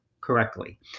correctly